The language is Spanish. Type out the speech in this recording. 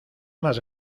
más